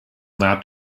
that